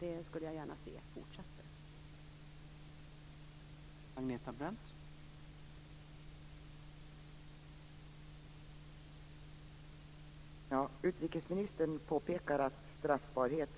Jag skulle gärna se att det